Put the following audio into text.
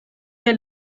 que